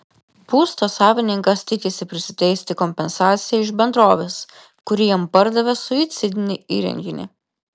būsto savininkas tikisi prisiteisti kompensaciją iš bendrovės kuri jam pardavė suicidinį įrenginį